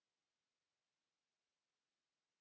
Kiitos!]